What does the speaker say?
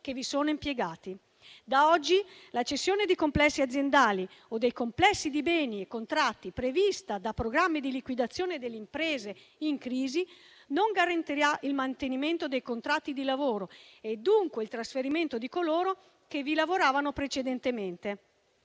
che vi sono impiegati. Da oggi la cessione di complessi aziendali o dei complessi di beni e contratti prevista da programmi di liquidazione delle imprese in crisi non garantirà il mantenimento dei contratti di lavoro e dunque il trasferimento di coloro che vi lavoravano precedentemente.